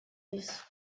isso